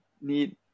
need